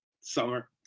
summer